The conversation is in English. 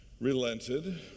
relented